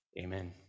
Amen